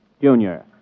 Junior